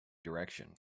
direction